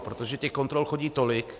Protože těch kontrol chodí tolik.